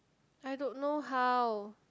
I don't know how